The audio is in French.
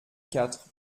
quatre